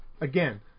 again